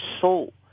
soul